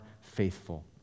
Faithful